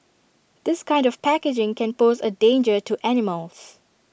this kind of packaging can pose A danger to animals